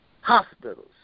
hospitals